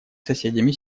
соседями